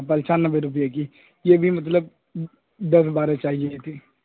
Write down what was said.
پچانوے روپئے کی یہ بھی مطلب دس بارہ چاہیے تھی